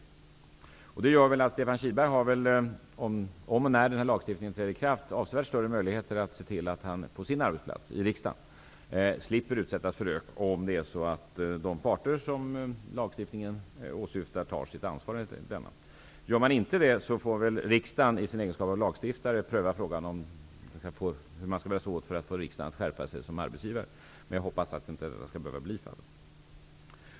Om/när den föreslagna lagstiftningen träder i kraft har alltså Stefan Kihlberg avsevärt större möjligheter att se till att han på sin arbetsplats, dvs. här i riksdagen, slipper utsättas för rök, om de parter som lagstiftningen åsyftar tar sitt ansvar i enlighet med lagstiftningen. Tas inte det ansvaret, får väl riksdagen i egenskap av lagstiftare pröva frågan om hur man skall bära sig åt för att få riksdagen som arbetsgivare att skärpa sig. Men jag hoppas att det inte skall behöva bli aktuellt.